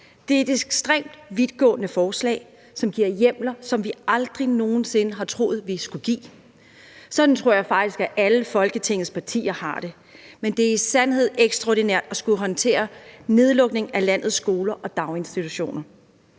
Det er et ekstremt vidtgående forslag, som giver hjemler, som vi aldrig nogen sinde havde troet vi skulle give. Sådan tror jeg faktisk at alle Folketingets partier har det. Men det er i sandhed ekstraordinært at skulle håndtere nedlukning af landets skoler og daginstitutioner.